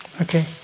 Okay